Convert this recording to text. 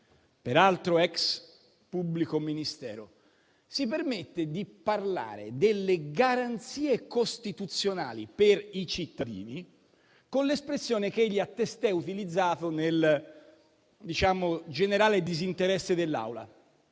peraltro ex pubblico ministero, si permette di parlare delle garanzie costituzionali per i cittadini con l'espressione che egli ha testé utilizzato nel generale disinteresse dell'Assemblea.